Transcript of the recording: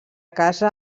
casa